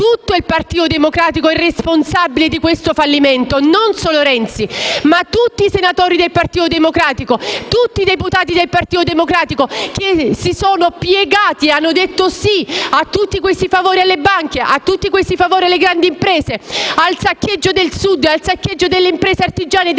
tutto il Partito Democratico è responsabile di questo fallimento: non solo Renzi, ma tutti i senatori e deputati del Partito Democratico che si sono piegati e hanno detto sì a tutti questi favori alle banche e alle grandi imprese, al saccheggio del Sud, al saccheggio delle imprese artigiane e delle piccole